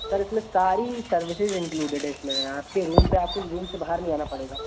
sir इसमें सारी services included हैं इसमें आपके रूम पर आपको रूम से बाहर नहीं आना पड़ेगा